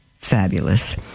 fabulous